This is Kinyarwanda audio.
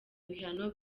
bihano